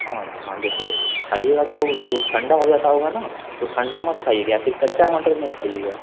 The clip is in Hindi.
हाँ हाँ जैसे खाइएगा तो जो ठंडा हो जाता होगा ना तो ठंडा मत खाइएगा फिर कच्चा मटर नहीं खाइएगा